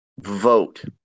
vote